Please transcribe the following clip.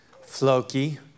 Floki